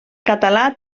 català